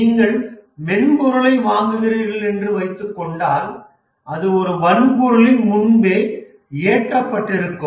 நீங்கள் மென்பொருளை வாங்குகிறீர்கள் என்று வைத்துக்கொண்டால் அது ஒரு வன்பொருளில் முன்பே ஏற்றப்பட்டிருக்கும்